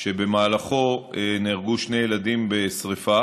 שבמהלכו נהרגו שני ילדים בשרפה.